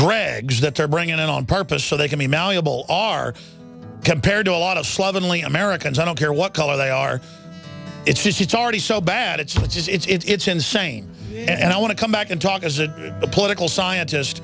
drags that they're bringing it on purpose so they can be malleable are compared to a lot of slovenly americans i don't care what color they are it's just it's already so bad it such as it's insane and i want to come back and talk as a political scientist